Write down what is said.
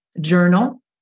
journal